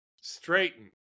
Straighten